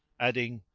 adding,